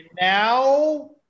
now